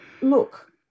Look